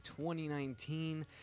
2019